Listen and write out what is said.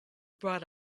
brought